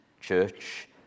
church